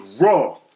raw